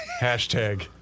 hashtag